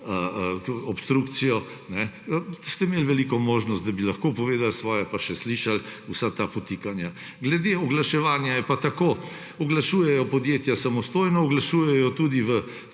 obstrukcijo, ste imeli veliko možnost, da bi lahko povedali svoje. Pa še slišali vsa ta podtikanja. Glede oglaševanje je pa tako. Oglašujejo podjetja samostojno, oglašujejo tudi,